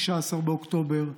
19 באוקטובר,